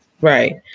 right